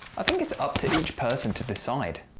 i think it's up to each person to decide.